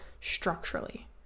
structurally